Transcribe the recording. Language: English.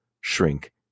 shrink